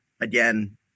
again